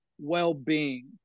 well-being